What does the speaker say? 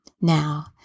Now